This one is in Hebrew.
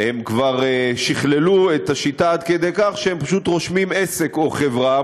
כבר שכללו את השיטה עד כדי כך שהם פשוט רושמים עסק או חברה,